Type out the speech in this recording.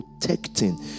protecting